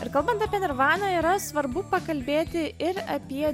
ir kalbant apie nirvaną yra svarbu pakalbėti ir apie